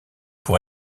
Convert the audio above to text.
pour